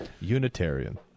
Unitarian